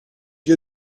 you